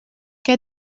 què